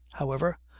however,